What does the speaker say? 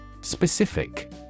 Specific